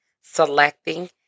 selecting